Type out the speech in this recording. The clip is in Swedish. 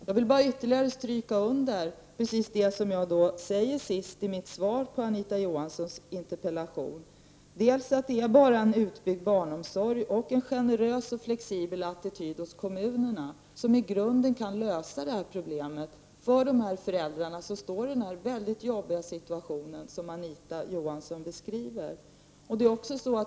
Jag vill bara ytterligare stryka under vad jag säger sist i mitt svar på Anita Johanssons interpellation — att det bara är genom en utbyggd barnomsorg och en generös och flexibel attityd hos kommunerna som man kan lösa det här problemet för de föräldrar som står i den mycket jobbiga situation som Anita Johansson beskriver.